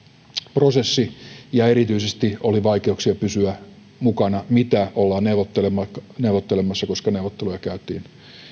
prosessi ja erityisesti oli vaikeuksia pysyä mukana mitä ollaan neuvottelemassa neuvottelemassa koska neuvotteluja käytiin